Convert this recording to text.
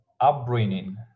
upbringing